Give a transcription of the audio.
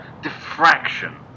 diffraction